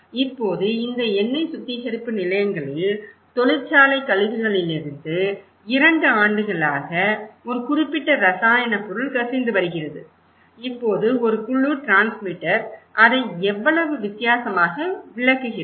இப்போது இந்த எண்ணெய் சுத்திகரிப்பு நிலையங்களில்தொழிற்சாலை கழிவுகளிலிருந்து இரண்டு ஆண்டுகளாக ஒரு குறிப்பிட்ட இரசாயன பொருள் கசிந்து வருகிறது இப்போது ஒரு குழு டிரான்ஸ்மிட்டர் அதை எவ்வளவு வித்தியாசமாக விளக்குகிறது